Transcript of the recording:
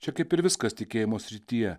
čia kaip ir viskas tikėjimo srityje